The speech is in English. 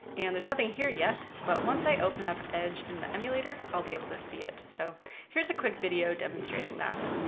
and there's nothing here yet, but once i open up edge and the emulator, i'll be able to see it. so here's a quick video demonstrating that.